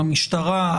המשטרה,